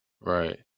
Right